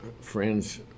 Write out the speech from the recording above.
friends